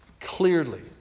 clearly